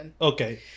Okay